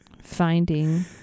Finding